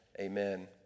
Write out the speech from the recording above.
Amen